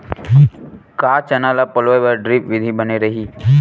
का चना ल पलोय बर ड्रिप विधी बने रही?